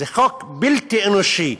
זה חוק בלתי אנושי.